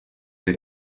der